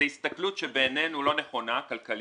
הסתכלות שבעינינו היא לא נכונה כלכלית.